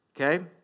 okay